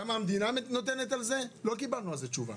כמה המדינה נותנת על זה, לא קיבלנו על זה תשובה.